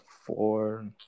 four